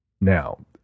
Now